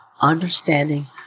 understanding